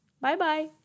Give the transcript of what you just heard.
Bye-bye